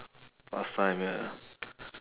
past time ya